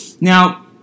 Now